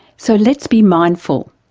so let's be mindful.